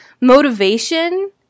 motivation